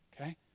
okay